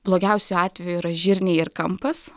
blogiausiu atveju yra žirniai ir kampas